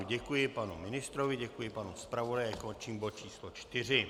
Děkuji panu ministrovi, děkuji panu zpravodaji a končím bod číslo 4.